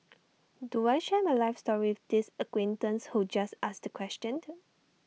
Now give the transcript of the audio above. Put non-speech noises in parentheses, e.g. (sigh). (noise) do I share my life story with this acquaintance who just asked the question